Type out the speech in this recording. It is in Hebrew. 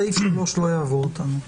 סעיף 3 לא יעבור אותנו,